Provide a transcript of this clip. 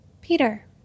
Peter